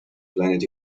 planet